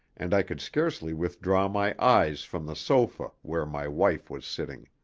and i could scarcely withdraw my eyes from the sofa where my wife was sitting.